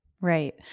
Right